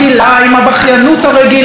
המתקפה על התקשורת.